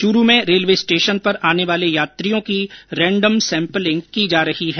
चूरू में railway station पर आने वाले यात्रियों की रैण्डम सैम्पलिंग की जायेगी